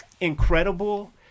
incredible